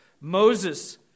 Moses